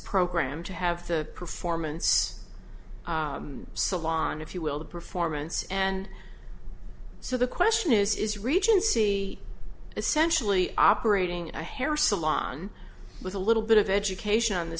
program to have the performance salon if you will the performance and so the question is is region c essentially operating in a hair salon with a little bit of education on the